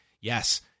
yes